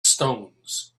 stones